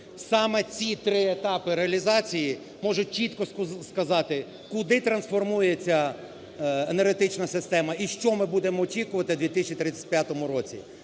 Саме ці три етапи реалізації можуть чітко сказати, куди трансформується енергетична система і що ми будемо очікувати у 2035 році.